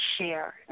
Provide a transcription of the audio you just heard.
share